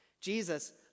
Jesus